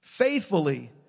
faithfully